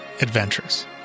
adventures